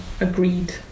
agreed